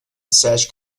such